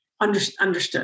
understood